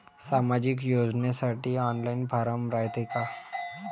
सामाजिक योजनेसाठी online form रायते का?